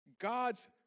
God's